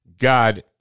God